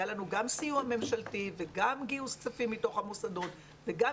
היה לנו גם סיוע ממשלתי וגם גיוס כספים מתוך המוסדות וגם